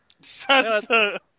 Santa